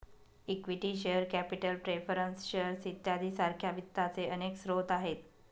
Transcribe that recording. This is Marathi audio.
equity share capital preference shares इत्यादी सारख्या वित्ताचे अनेक स्रोत आहेत